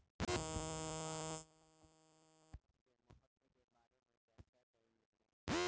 व्यापार के हिसाब से स्टॉप के महत्व के बारे में चार्चा कईल जाला